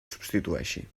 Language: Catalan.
substitueixi